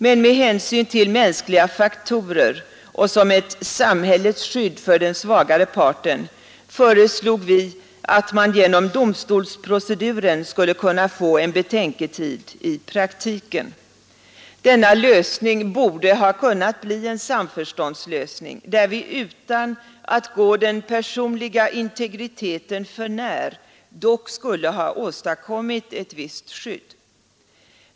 Men med hänsyn till mänskliga faktorer och som ett samhällets skydd för den svagare parten föreslog vi att man genom domstolsproceduren skulle kunna få en betänketid i praktiken. Denna lösning borde ha kunnat bli en samförståndslösning, där vi utan att gå den personliga integriteten för när dock skulle ha åstadkommit ett visst skydd.